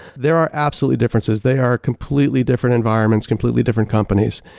there are absolutely differences. they are completely different environments, completely different companies.